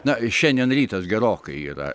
na šiandien rytas gerokai yra